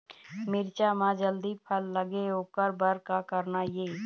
मिरचा म जल्दी फल लगे ओकर बर का करना ये?